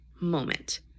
moment